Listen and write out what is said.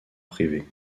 privé